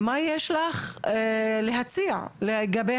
מה יש לך להציע לגבי